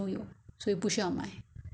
两样你需要买两样而已